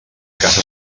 casa